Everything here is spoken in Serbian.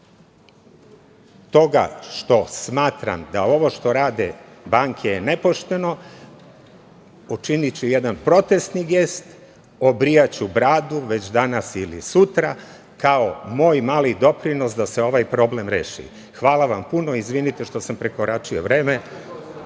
toga što smatram da ovo što rade banke je nepošteno, učiniću jedan protesni gest, obrijaću bradu već danas ili sutra kao moj mali doprinos da se ovaj problem reši. Hvala vam puno. Izvinite što sam prekoračio vreme.